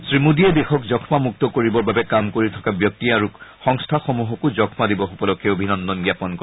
শ্ৰী মোডীয়ে দেশক যক্ষ্মা মুক্ত কৰিবৰ বাবে কাম কৰি থকা ব্যক্তি আৰু সংস্থাসমূহকো যক্মা দিৱস উপলক্ষে অভিনন্দন জ্ঞাপন কৰে